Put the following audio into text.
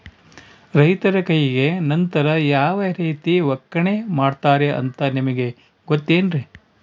ರೈತರ ಕೈಗೆ ನಂತರ ಯಾವ ರೇತಿ ಒಕ್ಕಣೆ ಮಾಡ್ತಾರೆ ಅಂತ ನಿಮಗೆ ಗೊತ್ತೇನ್ರಿ?